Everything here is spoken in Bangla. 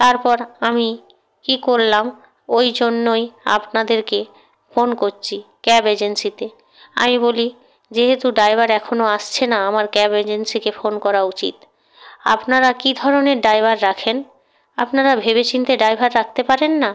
তারপর আমি কী করলাম ওই জন্যই আপনাদেরকে ফোন করছি ক্যাব এজেন্সিতে আমি বলি যেহেতু ড্রাইভার এখনও আসছে না আমার ক্যাব এজেন্সিকে ফোন করা উচিত আপনারা কী ধরনের ড্রাইভার রাখেন আপনারা ভেবেচিন্তে ড্রাইভার রাখতে পারেন না